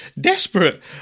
desperate